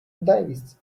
davis